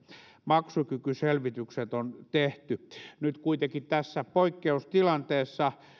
maksukykyselvitykset on tehty nyt kuitenkin tässä poikkeustilanteessa